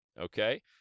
okay